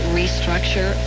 restructure